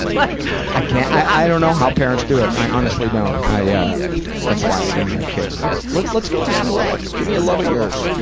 but i can't, i, i don't know how parents do it. i honestly don't. i, ah that's why i don't have kids. let's, let, let's get to some loves. give me a love of yours.